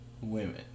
women